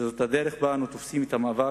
שזאת הדרך שבה אנו תופסים את המאבק